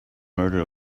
murder